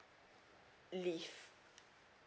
leave